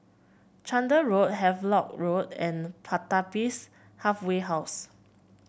Chander Road Havelock Road and Pertapis Halfway House